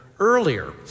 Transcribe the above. Earlier